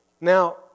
Now